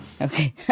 Okay